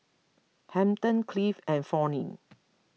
Hampton Cliff and Fronnie